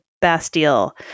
Bastille